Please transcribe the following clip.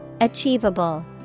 Achievable